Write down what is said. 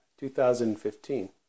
2015